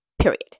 Period